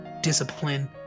discipline